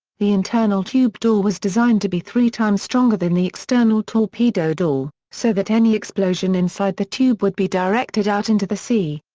the internal tube door was designed to be three times stronger than the external torpedo door, so that any explosion inside the tube would be directed out into the sea.